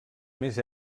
més